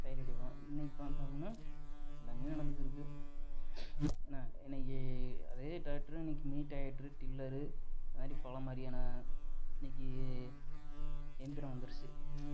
அடிப்போம் இன்றைக்கி பார்த்தோம்னா எல்லாமே நடந்துக்கு இருக்குது என்ன இன்றைக்கி அதே டிராக்டரு இன்றைக்கி மினி டிராக்டரு டில்லரு இந்தமாதிரி பலமாதிரியான இன்றைக்கி இயந்திரம் வந்திடுச்சி